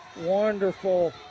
Wonderful